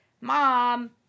Mom